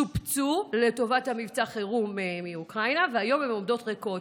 שופצו לטובת מבצע החירום מאוקראינה והיום הן עומדות ריקות.